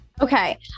Okay